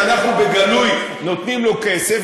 שאנחנו בגלוי נותנים לו כסף,